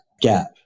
gap